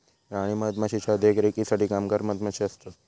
राणी मधमाशीच्या देखरेखीसाठी कामगार मधमाशे असतत